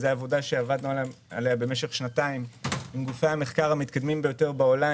זה עבודה שעסקנו בה במשך שנתיים עם גופי המחקר המתקדמים ביותר בעולם,